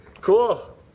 Cool